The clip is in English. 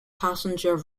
passenger